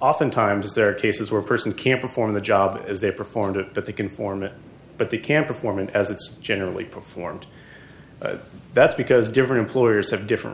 oftentimes there are cases where a person can't perform the job as they performed it but they can form it but they can't perform and as it's generally performed that's because different employers have different